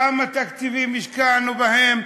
כמה תקציבים השקענו בהם?